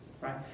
right